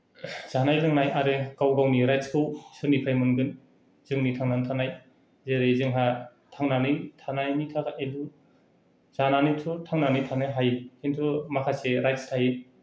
जानाय लोंनाय आरो गाव गावनि राइटसखौ सोरनिफ्राय मोनगोन जोंनि थांनानै थानाय जेरै जोंहा थांनानै थानायनि थाखायबो जानानैथ' थांनानै थानो हायो खिन्थु माखासे राइटस थायो